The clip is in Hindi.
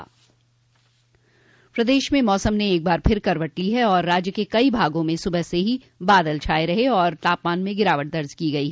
प्रदेश में मौसम ने एक बार फिर करवट ली है और राज्य के कई भागों में सुबह से ही बादल छाये रहे और तापमान में गिरावट दर्ज की गयी